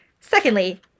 Secondly